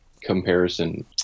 comparison